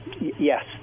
yes